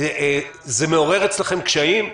זה מעורר אצלכם קשיים?